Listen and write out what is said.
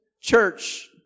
church